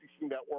Network